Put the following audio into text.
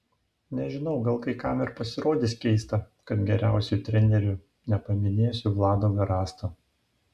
nežinau gal kai kam ir pasirodys keista kad geriausiu treneriu nepaminėsiu vlado garasto